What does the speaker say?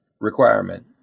requirement